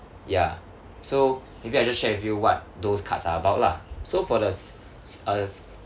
ya so maybe I'll just share with you what those cards are about lah so for the s~ s~ uh